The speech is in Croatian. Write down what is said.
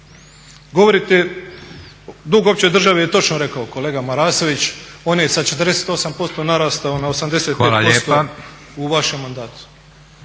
Govorite dug opće države je točno rekao kolega Marasović, on je sa 48% narastao na 85% u vašem mandatu.